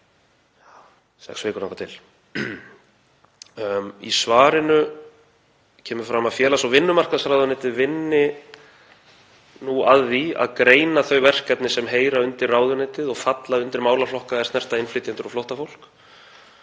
sex vikur þangað til. Í svarinu kemur fram að félags- og vinnumarkaðsráðuneytið vinni nú að því að greina þau verkefni sem heyra undir ráðuneytið og falla undir málaflokka er snerta innflytjendur og flóttafólk.